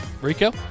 Rico